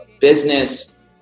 business